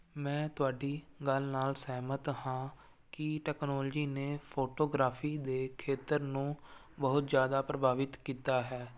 ਮੈਂ ਤੁਹਾਡੀ ਗੱਲ ਨਾਲ ਸਹਿਮਤ ਹਾਂ ਕਿ ਟੈਕਨੋਲਜੀ ਨੇ ਫੋਟੋਗ੍ਰਾਫੀ ਦੇ ਖੇਤਰ ਨੂੰ ਬਹੁਤ ਜ਼ਿਆਦਾ ਪ੍ਰਭਾਵਿਤ ਕੀਤਾ ਹੈ